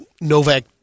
Novak